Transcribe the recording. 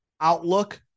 outlook